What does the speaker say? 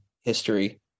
history